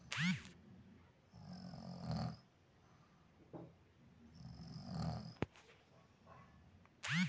भारतात हसन, नेल्लोर, जालौनी, मंड्या, शाहवादी आणि बजीरी या जातींच्या मेंढ्या सापडतात